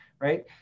right